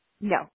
no